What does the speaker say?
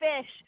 fish